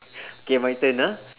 K my turn ah